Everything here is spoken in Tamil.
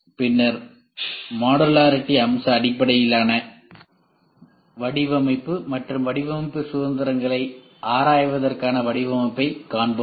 பின்னர் மாடுலாரிடி அம்ச அடிப்படையிலான வடிவமைப்பு மற்றும் வடிவமைப்பு சுதந்திரங்களை ஆராய்வதற்கான வடிவமைப்பைக் காண்போம்